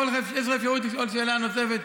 יש לך אפשרות לשאול שאלה נוספת,